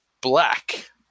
Black